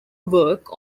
work